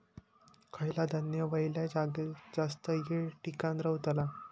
खयला धान्य वल्या जागेत जास्त येळ टिकान रवतला?